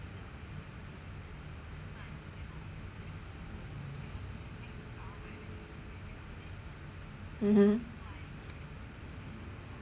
mmhmm